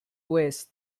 oest